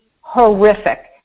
horrific